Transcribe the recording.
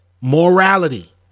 morality